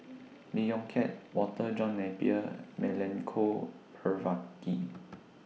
Lee Yong Kiat Walter John Napier Milenko Prvacki